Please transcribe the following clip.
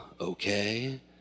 Okay